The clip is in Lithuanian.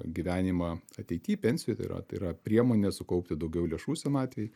gyvenimą ateity pensijoj tai yra tai yra priemonė sukaupti daugiau lėšų senatvei